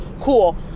cool